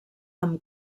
amb